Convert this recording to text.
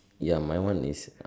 ya my one is